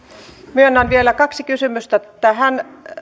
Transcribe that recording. myönnän vielä kaksi kysymystä tähän